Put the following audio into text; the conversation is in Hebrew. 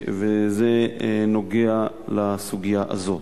זה נוגע לסוגיה הזאת,